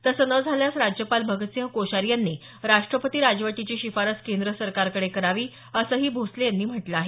तसं न झाल्यास राज्यपाल भगतसिंह कोश्यारी यांनी राष्ट्रपती राजवटीची शिफारस केंद्र सरकारकडे करावी असही भोसले यांनी म्हटलं आहे